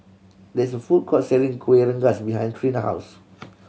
there is a food court selling Kueh Rengas behind Trina house